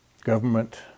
government